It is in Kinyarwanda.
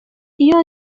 iyo